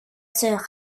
sœur